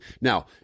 Now